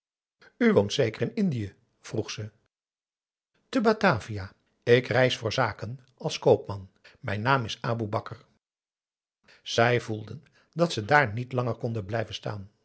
woont zeker in indië vroeg ze aum boe akar eel e atavia k reis voor zaken als koopman mijn naam is aboe bakar zij voelden dat ze daar niet langer konden blijven staan